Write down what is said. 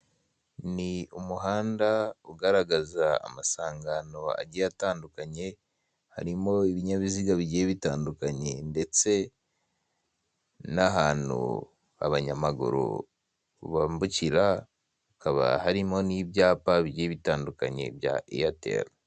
Ni umuhanda ugaragaza amasangano agiye atandukanye, harimo ibinyabisiga bigiye bitandukanye ndetse nahantu abanyamaguru bambukira, hakaba harimo nibyapa bigiye bitandukanye bya airtel.